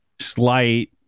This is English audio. slight